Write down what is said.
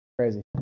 Crazy